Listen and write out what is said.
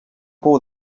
pou